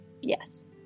Yes